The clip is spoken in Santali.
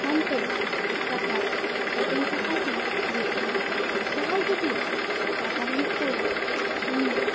ᱯᱷᱳᱱ ᱛᱮ ᱴᱟᱠᱟ ᱮᱯᱮᱢ ᱪᱟᱯᱟᱞ ᱦᱚᱸ ᱦᱩᱭᱩᱜ ᱠᱟᱱᱟ ᱡᱟᱦᱟᱸᱭ ᱡᱩᱫᱤ ᱴᱟᱠᱟ ᱵᱟᱹᱱᱩᱜ ᱛᱟᱭᱟ ᱩᱱᱤ